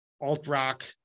alt-rock